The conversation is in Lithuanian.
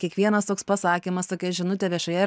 kiekvienas toks pasakymas tokia žinutė viešoje